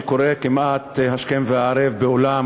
שקורה כמעט השכם והערב בעולם